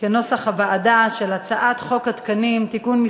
כנוסח הוועדה, על הצעת חוק התקנים (תיקון מס'